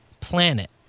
planet